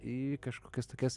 į kažkokias tokias